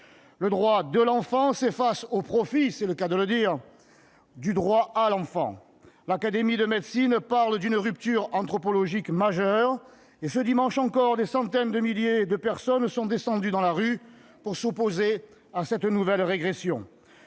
Le droit l'enfant s'efface au profit, c'est le cas de le dire, du droit l'enfant ! L'Académie nationale de médecine parle d'une « rupture anthropologique majeure » et, ce dimanche encore, des centaines de milliers de personnes sont descendues dans la rue pour s'opposer à cette nouvelle régression.